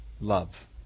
love